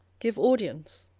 give audience.